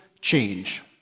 Change